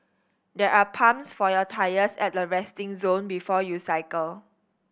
there are pumps for your tyres at the resting zone before you cycle